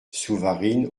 souvarine